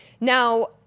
Now